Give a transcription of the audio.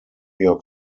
york